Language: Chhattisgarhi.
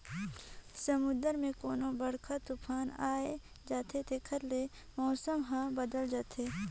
समुन्दर मे कोनो बड़रखा तुफान आये जाथे तेखर ले पूरा मउसम हर बदेल जाथे